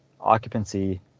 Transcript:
occupancy